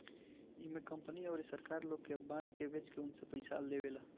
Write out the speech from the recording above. इमे कंपनी अउरी सरकार लोग के बांड बेच के उनसे पईसा लेवेला